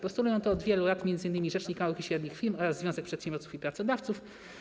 Postulują to od wielu lat m.in. rzecznik małych i średnich firm oraz Związek Przedsiębiorców i Pracodawców.